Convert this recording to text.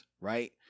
Right